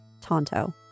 Tonto